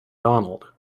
donald